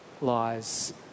lies